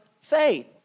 faith